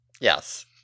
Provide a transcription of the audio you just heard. Yes